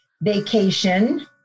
vacation